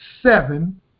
seven